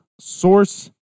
Source